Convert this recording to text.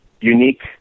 unique